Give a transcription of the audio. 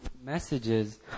messages